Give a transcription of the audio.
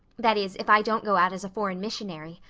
that is, if i don't go out as a foreign missionary.